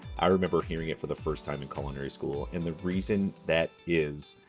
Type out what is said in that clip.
i remember hearing it for the first time in culinary school. and the reason that is,